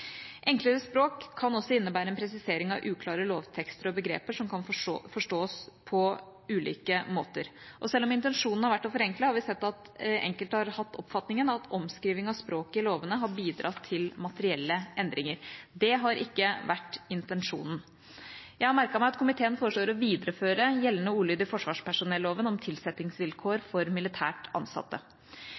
Enklere språk kan også innebære en presisering av uklare lovtekster og begreper som kan forstås på ulike måter. Selv om intensjonen har vært å forenkle, har vi sett at enkelte har hatt den oppfatning at omskriving av språket i lovene har bidratt til materielle endringer. Det har ikke vært intensjonen. Jeg har merket meg at komiteen foreslår å videreføre gjeldende ordlyd i forsvarspersonelloven om tilsettingsvilkår for militært ansatte.